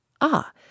Ah